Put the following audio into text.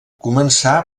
començà